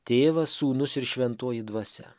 tėvas sūnus ir šventoji dvasia